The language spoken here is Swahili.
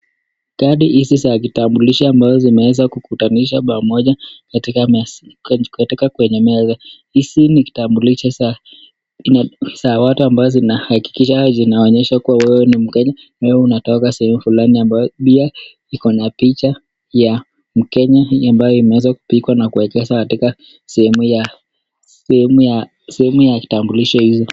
Kadi hizi za kitambulisho ambayo zimeweza kukutanishwa pamoja katika meza, katika kwenye meza. Hizi ni kitambulisho za watu ambayo zinahakkisha, zinaonyesha wewe ni mkenye, wewe umetoka sehemu fulani ambayo pia, iko na picha ya mkenya ambaye imeweza kupigwa na kuwekwa sehemu ya kitambulisho hiyo.